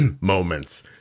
moments